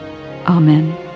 Amen